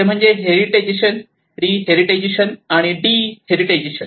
ते म्हणजे एक हेरिटेजिसेशन रि हेरिटेजिसेशन आणि डी हेरिटेजिसेशन